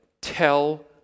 tell